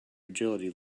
agility